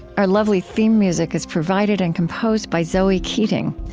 our lovely theme music is provided and composed by zoe keating.